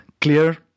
clear